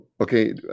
Okay